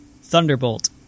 Thunderbolt